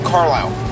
Carlisle